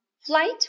flight